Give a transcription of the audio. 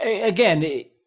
again